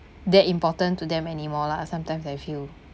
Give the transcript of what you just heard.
that important to them anymore lah sometimes I feel